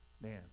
Man